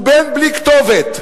הוא בן בלי כתובת.